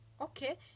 okay